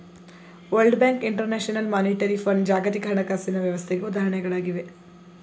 world bank, international monetary fund ಜಾಗತಿಕ ಹಣಕಾಸಿನ ವ್ಯವಸ್ಥೆಗೆ ಉದಾಹರಣೆಗಳಾಗಿವೆ